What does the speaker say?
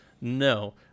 No